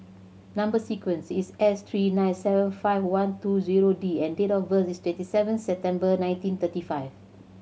number sequence is S three nine seven five one two zero D and date of birth is twenty seven September nineteen thirty five